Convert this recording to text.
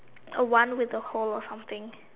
a one with the hole or something